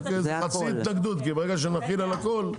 זה חצי התנגדות כי ברגע שנחיל על הכול,